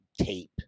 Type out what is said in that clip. tape